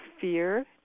fear